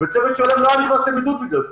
וצוות שלם לא היה נכנס לבידוד בגלל זה.